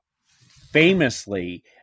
famously